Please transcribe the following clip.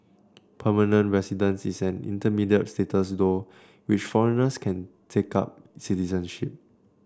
permanent residence is an intermediate status through which foreigners can take up citizenship